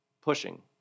pushing